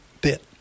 bit